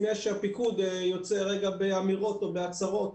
לפני שהפיקוד יוצא באמירות או בהצהרות.